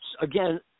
again